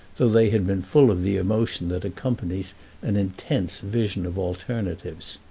though they had been full of the emotion that accompanies an intense vision of alternatives.